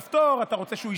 אתה רוצה ללחוץ על כפתור,